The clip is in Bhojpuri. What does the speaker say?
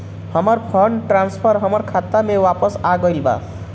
हमर फंड ट्रांसफर हमर खाता में वापस आ गईल बा